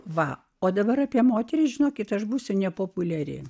va o dabar apie moterys žinokit aš būsiu nepopuliari